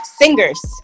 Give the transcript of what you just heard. singers